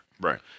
Right